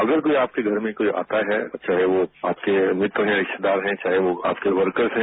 अगर कोई आपके घर में कोई आता है तो चाहे वह आपके मित्र हैं रिस्तेदार हैं चाहे वह आपके वर्कर्स हैं